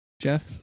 Jeff